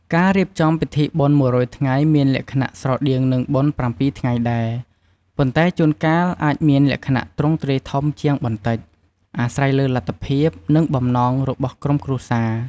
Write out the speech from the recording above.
ការរៀបចំពិធីបុណ្យមួយរយថ្ងៃមានលក្ខណៈស្រដៀងនឹងបុណ្យប្រាំពីរថ្ងៃដែរ ប៉ុន្តែជួនកាលអាចមានលក្ខណៈទ្រង់ទ្រាយធំជាងបន្តិច អាស្រ័យលើលទ្ធភាព និងបំណងរបស់ក្រុមគ្រួសារ។